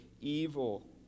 Evil